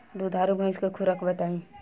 दुधारू भैंस के खुराक बताई?